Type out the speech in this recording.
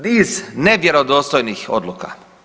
Niz nevjerodostojnih odluka.